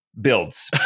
builds